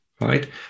right